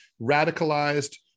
radicalized